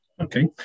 Okay